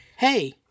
Hey